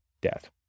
death